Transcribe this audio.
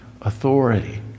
authority